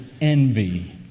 Envy